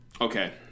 Okay